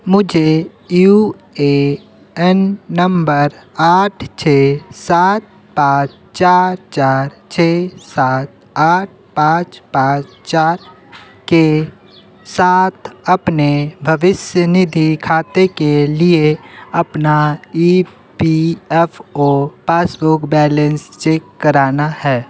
मुझे U A N number आठ छः सात पाँच चार चार छः सात आठ पाँच पाँच चार के साथ अपने भविष्य निधि खाते के लिए अपना E P F O passbook balance check कराना ह